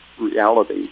reality